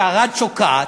שערד שוקעת,